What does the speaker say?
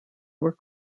were